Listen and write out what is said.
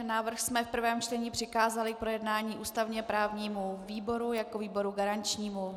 Návrh jsme v prvém čtení přikázali k projednání ústavněprávnímu výboru jako výboru garančnímu.